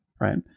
right